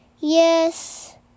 Yes